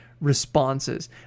responses